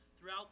throughout